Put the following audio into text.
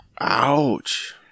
Ouch